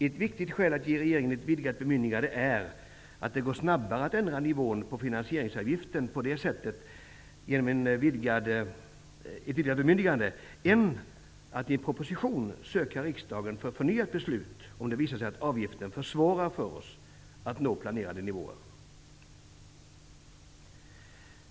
Ett viktigt skäl för att ge regeringen ett vidgat bemyndigande är att det går snabbare att ändra nivån på finansieringsavgiften på det sättet än att i en proposition söka riksdagen för förnyat beslut om det visar sig att avgiften försvårar för oss att nå planerade nivåer.